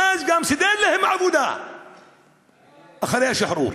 ואז גם סידר להם עבודה אחרי השחרור.